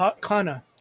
Kana